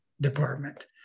department